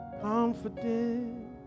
confident